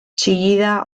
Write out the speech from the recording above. txillida